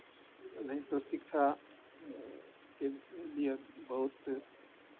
नहीं तो शिक्षा के लिए बहुत